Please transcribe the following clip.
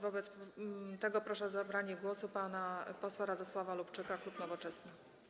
Wobec tego proszę o zabranie głosu pana posła Radosława Lubczyka, klub Nowoczesna.